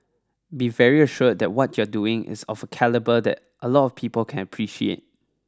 be very assured that what you're doing is of a calibre that a lot of people can appreciate